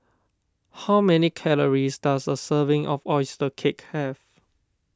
how many calories does a serving of Oyster Cake have